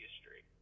history